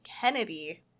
Kennedy